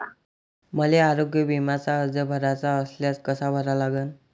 मले आरोग्य बिम्याचा अर्ज भराचा असल्यास कसा भरा लागन?